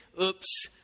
Oops